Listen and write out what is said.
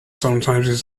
sometimes